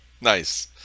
Nice